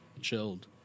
chilled